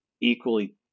equally